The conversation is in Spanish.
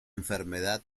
enfermedad